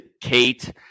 Kate